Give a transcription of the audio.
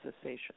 cessation